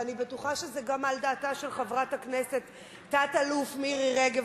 ואני בטוחה שזה גם על דעתה של חברת הכנסת תת-אלוף מירי רגב,